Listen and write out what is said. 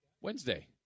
Wednesday